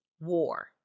war